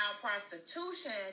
prostitution